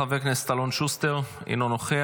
חבר הכנסת אלון שוסטר, אינו נוכח.